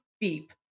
beep